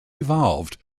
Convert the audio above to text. evolved